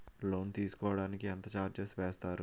Loan తీసుకోడానికి ఎంత charges వేస్తారు?